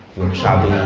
you're chubby.